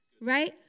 Right